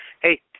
hey